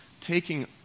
taking